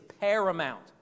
paramount